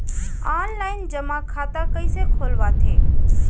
Online जेमा खाता कइसे खोलवाथे?